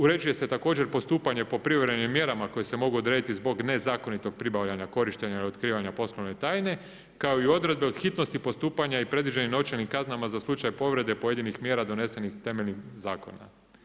Uređuje se također postupanje po privremenim mjerama koje se mogu odrediti zbog nezakonitog pribavljanja, korištenja ili otkrivanja poslovne tajne kao i odredbe o hitnosti postupanja i predviđenim novčanim kaznama za slučaj povrede pojedinih mjera donesenih u temeljnim zakonima.